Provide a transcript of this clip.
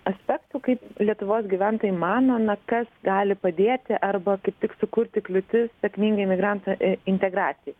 aspektų kaip lietuvos gyventojai manot na kas gali padėti arba kaip tik sukurti kliūtis sėkmingai imigrantų i integracijai